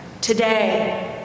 today